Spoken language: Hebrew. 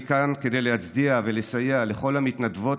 אני כאן כדי להצדיע ולסייע לכל המתנדבות